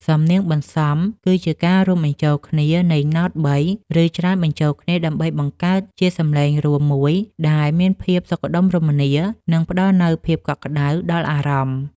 សំនៀងបន្សំ គឺជាការរួមបញ្ចូលគ្នានៃណោតបី ឬច្រើនបញ្ចូលគ្នាដើម្បីបង្កើតជាសម្លេងរួមមួយដែលមានភាពសុខដុមរមនា និងផ្តល់នូវភាពកក់ក្តៅដល់អារម្មណ៍។